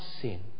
sin